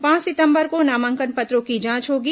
पांच सितंबर को नामांकन पत्रों की जांच होगी